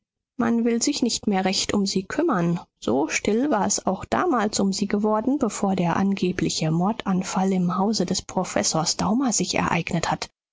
man will sich nicht mehr recht um sie kümmern so still war es auch damals um sie geworden bevor der angebliche mordanfall im hause des professors daumer sich ereignet hat